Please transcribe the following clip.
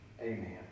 Amen